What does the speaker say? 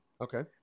Okay